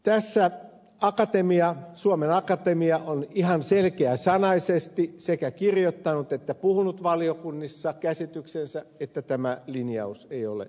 tässä suomen akatemia on ihan selkeäsanaisesti sekä kirjoittanut että puhunut valiokunnissa käsityksensä ettei hallituksen linjaus ei ole